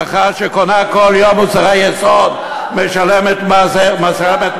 משפחה שקונה כל יום מוצרי יסוד משלמת מע"מ,